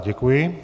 Děkuji.